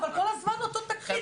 אבל כל הזמן אותו תקליט.